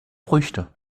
früchte